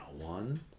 one